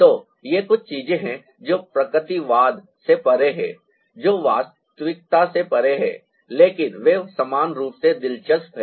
तो ये कुछ चीजें हैं जो प्रकृतिवाद से परे है जो वास्तविकता से परे है लेकिन वे समान रूप से दिलचस्प हैं